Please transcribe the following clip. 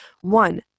one